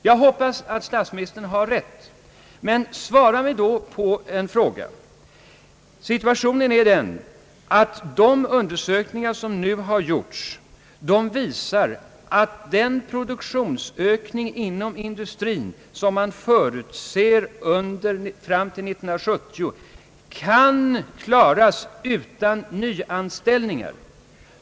Jag hoppas att statsministern har rätt, men svara på detta: De undersökningar som har gjorts visar att den produktionsökning inom industrin, som man förutser fram till år 1970, kan klaras utan nyanställ ningar.